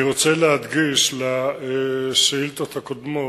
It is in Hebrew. אני רוצה להדגיש, לשאלות הקודמות,